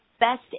best